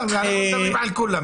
השתגעתם.